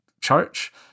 church